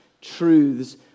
truths